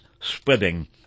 spreading